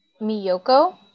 Miyoko